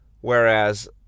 whereas